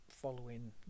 following